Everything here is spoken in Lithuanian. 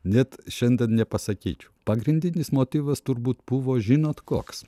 net šiandien nepasakyčiau pagrindinis motyvas turbūt buvo žinot koks